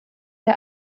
der